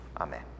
Amen